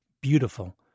beautiful